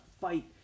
fight